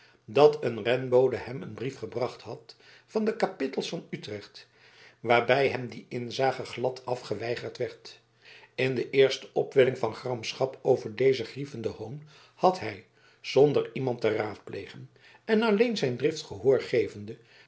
dat een renbode hem een brief gebracht had van de kapittels van utrecht waarbij hem die inzage gladaf geweigerd werd in de eerste opwelling van gramschap over dezen grievenden hoon had hij zonder iemand te raadplegen en alleen zijn drift gehoor gevende